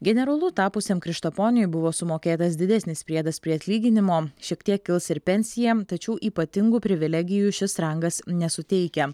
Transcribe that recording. generolu tapusiam krištaponiui buvo sumokėtas didesnis priedas prie atlyginimo šiek tiek kils ir pensija tačiau ypatingų privilegijų šis rangas nesuteikia